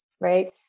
right